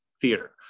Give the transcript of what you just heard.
theater